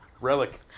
relic